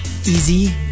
easy